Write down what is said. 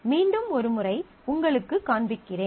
மீண்டும் ஒரு முறை உங்களுக்குக் காண்பிக்கிறேன்